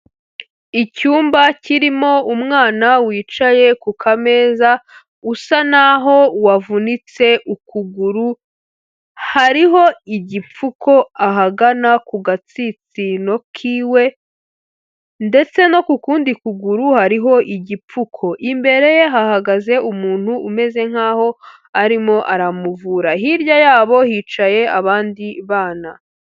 Icyumba kirimo umwana wicaye ku kameza usa naho wavunitse ukuguru, hariho igipfuko ahagana ku gatsitsino kiwe ndetse no ku kundi kuguru hariho igipfuko, imbere ye hahagaze umuntu umeze nkaho arimo aramuvura, hirya yabo hicaye abandi bana.